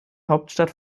hauptstadt